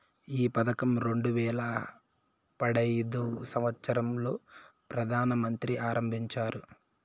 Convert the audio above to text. ఈ పథకం రెండు వేల పడైదు సంవచ్చరం లో ప్రధాన మంత్రి ఆరంభించారు